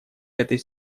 этой